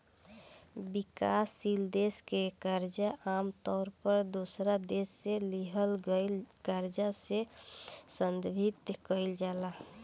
विकासशील देश के कर्जा आमतौर पर दोसरा देश से लिहल गईल कर्जा से संदर्भित कईल जाला